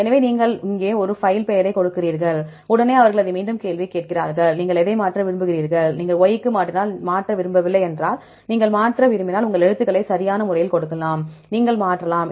எனவே நீங்கள் அங்கு ஒரு பைல் பெயரைக் கொடுக்கிறீர்கள் உடனே அவர்கள் மீண்டும் அதே கேள்வியைக் கேட்கிறார்கள் நீங்கள் எதை மாற்ற விரும்புகிறீர்கள் நீங்கள் Y க்கு மாற்றினால் மாற்ற விரும்பவில்லை என்றால் நீங்கள் மாற்ற விரும்பினால் நீங்கள் எழுத்துக்களை சரியான முறையில் கொடுக்கலாம் நீங்கள் மாற்றலாம்